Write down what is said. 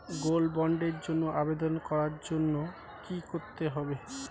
Gold বন্ডের জন্য আবেদন করার জন্য কি করতে হবে?